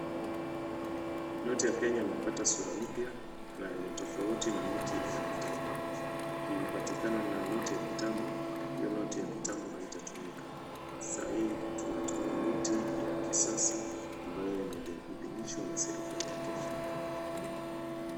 Noti ya Kenya imepata sura mpya na ni tofauti na noti ile ya kitambo. Ukipatikana na noti ya kitambo, hiyo noti ya kitambo haitatumika. Saa hii tunatumia noti ya kisasa ambayo imeidhinishwa na serekali ya Kenya.